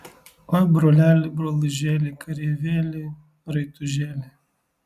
oi broleli brolužėli kareivėli raitužėli